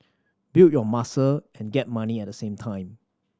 build your muscle and get money at the same time